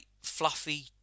fluffy